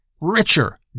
Richer